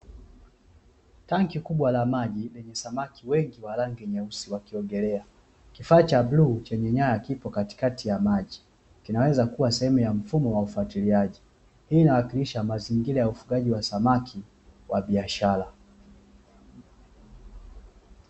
Tanki kubwa la maji lenye samaki wengi wa rangi nyeusi wakiogelea, kifaa cha bluu chenye nyaya kipo katikati ya maji kinaweza kuwa sehemu ya mfumo wa ufuatiliaji hii inawakilisha mazingira ya ufugaji wa samaki wa biashara.